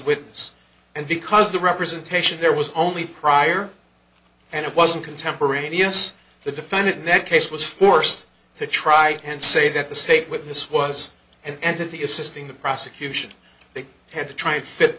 witness and because the representation there was only prior and it wasn't contemporaneous the defendant in that case was forced to try and say that the state witness was and to the assisting the prosecution they had to try